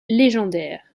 légendaire